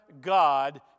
god